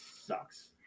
sucks